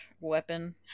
weapon